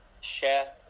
share